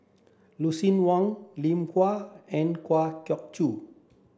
Lucien Wang Lim Kwa and Kwa Geok Choo